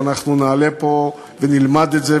ואנחנו נעלה פה ונלמד את זה,